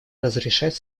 разрешать